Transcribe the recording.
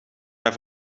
hij